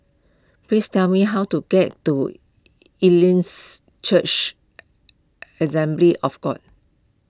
please tell me how to get to Elims Church Assembly of God